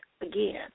again